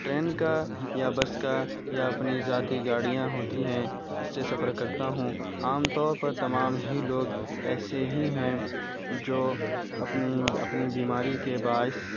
train کا یا bus کا یا اپنی ذاتی گاڑیاں ہوتی ہیں اس سے سفر کرتا ہوں عام طور پر تمام ہی لوگ ایسے ہی ہیں جو اپنی اپنی بیماری کے باعث